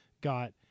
got